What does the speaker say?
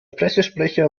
pressesprecher